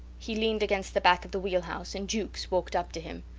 he leaned against the back of the wheelhouse, and jukes walked up to him.